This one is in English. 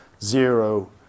zero